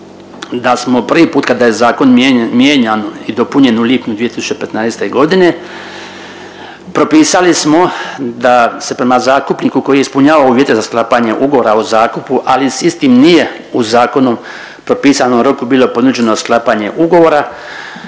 da smo prvi put kada je zakon mijenjan i dopunjen u lipnju 2015. propisali smo da se prema zakupniku koji je ispunjavao uvjete za sklapanje ugovora o zakupu, ali s istim nije u zakonom propisanom roku bilo ponuđeno sklapanje ugovora,